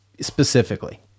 specifically